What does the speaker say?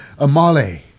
Amale